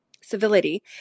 civility